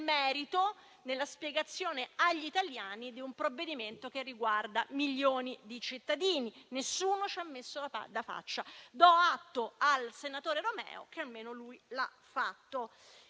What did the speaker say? merito della spiegazione agli italiani di un provvedimento che riguarda milioni di cittadini. Nessuno ci ha messo la faccia. Do atto al senatore Romeo che almeno lui l'ha fatto.